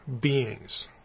beings